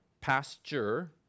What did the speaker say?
pasture